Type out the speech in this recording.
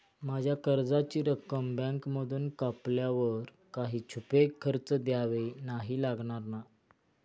माझ्या कर्जाची रक्कम बँकेमधून कापल्यावर काही छुपे खर्च द्यावे नाही लागणार ना?